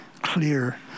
clear